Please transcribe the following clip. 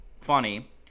funny